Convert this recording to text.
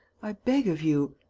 i beg of you.